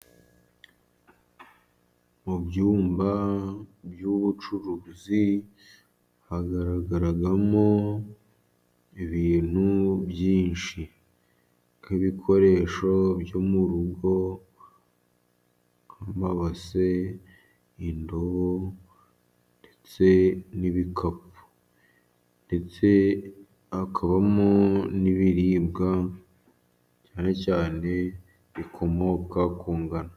Mu byumba by'ubucuruzi hagaragaramo, ibintu byinshi nk'ibikoresho byo mu rugo ,amabase, indobo, ndetse n'ibikapu ndetse hakabamo, n'ibiribwa cyane cyane bikomoka ku ngano.